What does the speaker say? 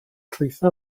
trwytho